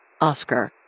Oscar